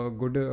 good